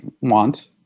want